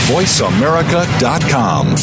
VoiceAmerica.com